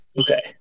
Okay